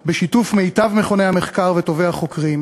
בשיתוף מיטב מכוני המחקר וטובי החוקרים,